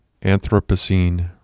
Anthropocene